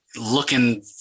looking